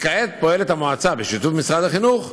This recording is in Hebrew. כעת פועלת המועצה, בשיתוף משרד החינוך,